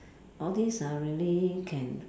all these ah really can